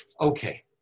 Okay